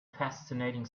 fascinating